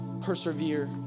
persevere